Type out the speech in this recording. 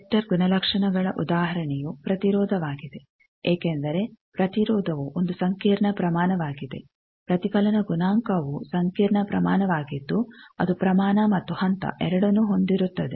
vector ಗುಣಲಕ್ಷಣಗಳ ಉದಾಹರಣೆಯು ಪ್ರತಿರೋಧವಾಗಿದೆ ಏಕೆಂದರೆ ಪ್ರತಿರೋಧವು ಒಂದು ಸಂಕೀರ್ಣ ಪ್ರಮಾಣವಾಗಿದೆ ಪ್ರತಿಫಲನ ಗುಣಾಂಕವೂ ಸಂಕೀರ್ಣ ಪ್ರಮಾಣವಾಗಿದ್ದು ಅದು ಪ್ರಮಾಣ ಮತ್ತು ಹಂತ ಎರಡನ್ನೂ ಹೊಂದಿರುತ್ತದೆ